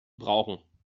brauchen